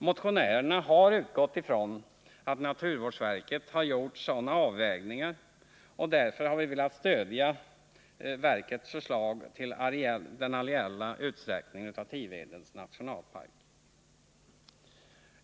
Motionärerna har utgått ifrån att naturvårdsverket har gjort sådana avvägningar, och därför har vi velat stödja verkets förslag till areell utsträckning av Tivedens nationalpark.